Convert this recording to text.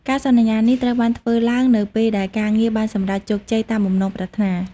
ការសន្យានេះត្រូវបានធ្វើឡើងនៅពេលដែលការងារបានសម្រេចជោគជ័យតាមបំណងប្រាថ្នា។